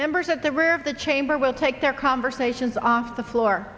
members at the rear of the chamber will take their conversations off the floor